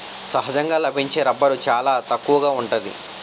సహజంగా లభించే రబ్బరు చాలా తక్కువగా ఉంటాది